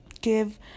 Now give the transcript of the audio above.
give